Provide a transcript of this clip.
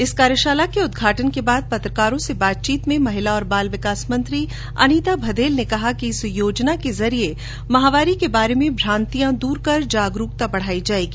इस कार्यशाला के उदघाटन के बाद पत्रकारों से बातचीत में महिला और बाल विकास मंत्री अनिता भदेल ने कहा कि इस योजना के माध्यम से माहवारी के बारे में भ्रांतियां दर कर जागरूकता बढाई जायेगी